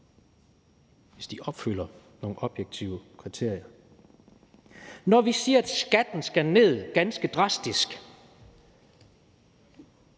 hvis de opfylder nogle objektive kriterier. Når vi siger, at skatten på arbejde skal ganske drastisk